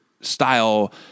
style